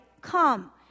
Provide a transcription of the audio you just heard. Come